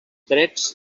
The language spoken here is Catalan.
drets